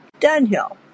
Dunhill